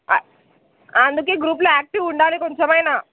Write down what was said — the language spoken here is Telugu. అందుకే గ్రూప్లో యాక్టీవ్ ఉండాలి కొంచెం అయినా